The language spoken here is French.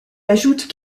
ajoutent